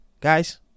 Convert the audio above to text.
Guys